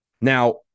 Now